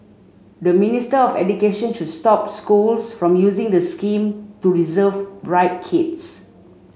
the Ministry of Education should stop schools from using the scheme to reserve bright kids